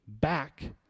back